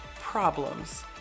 problems